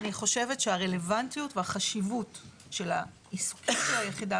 אני חושבת שהרלוונטיות והחשיבות של העיסוקים של היחידה